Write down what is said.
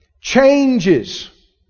Changes